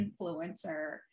influencer